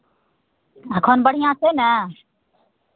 अखन बढ़िआँ छै ने